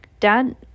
Dad